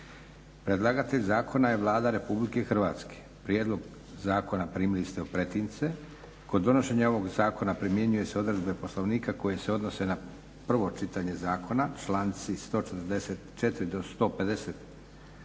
Predlagatelj zakona je Vlada RH. Prijedlog zakona primili ste u pretince. Kod donošenja ovog zakona primjenjuju se odredbe Poslovnika Hrvatskog sabora koje se odnose na prvo čitanje zakona to su članci 144.do 150.